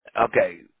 Okay